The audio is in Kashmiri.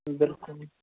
بِلکُل